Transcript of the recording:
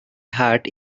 heart